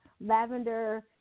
lavender